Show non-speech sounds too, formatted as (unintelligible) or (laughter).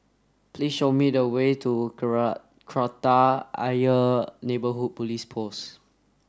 please show me the way to (unintelligible) Kreta Ayer Neighbourhood Police Post